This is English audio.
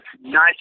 nice